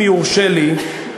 אם יורשה לי,